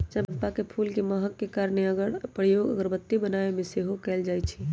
चंपा के फूल के महक के कारणे एकर प्रयोग अगरबत्ती बनाबे में सेहो कएल जाइ छइ